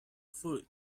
food